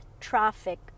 traffic